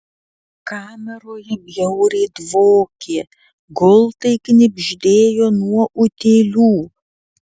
kameroje bjauriai dvokė gultai knibždėjo nuo utėlių